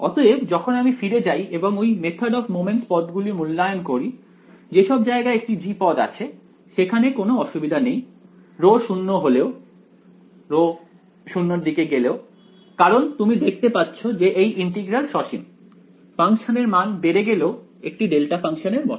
অতএব যখন আমি ফিরে যাই এবং ওই মেথট অফ মমেন্টস পদগুলি মূল্যায়ন করি যেসব জায়গায় একটি g পদ আছে সেখানে কোনো অসুবিধা নেই ρ → 0 হলেও কারণ তুমি দেখতে পাচ্ছো যে এই ইন্টিগ্রাল সসীম ফাংশানের মান বেড়ে গেলেও এটি ডেল্টা ফাংশন এর মত